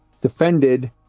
defended